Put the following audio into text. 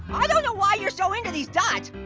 i don't know why you're so into these dots.